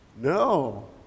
No